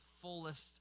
fullest